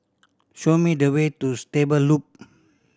show me the way to Stable Loop